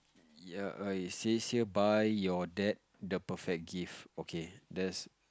ya err it says here buy your dad the perfect gift okay there's